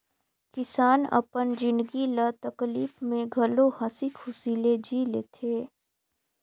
किसान अपन जिनगी ल तकलीप में घलो हंसी खुशी ले जि ले थें